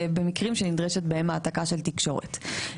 במקרים שנדרשת בהם העתקה של תקשורת.